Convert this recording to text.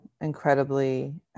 incredibly